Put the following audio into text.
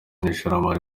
n’ishoramari